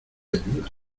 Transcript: ayuda